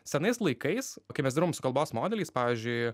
senais laikais kai mes dirbom su kalbos modeliais pavyzdžiui